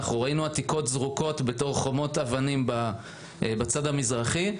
עתיקות זרוקות בתור חומות אבנים בצד המזרחי.